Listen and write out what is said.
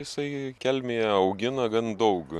jisai kelmėje augina gan daug